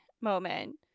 moment